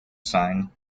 sign